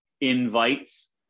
invites